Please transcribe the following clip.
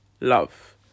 love